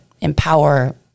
empower